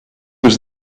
was